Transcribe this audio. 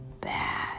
bad